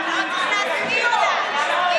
צריך להזכיר לה.